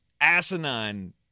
asinine